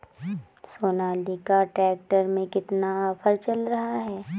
Sonalika tractor में कितना offer चल रहा है?